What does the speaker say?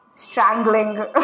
Strangling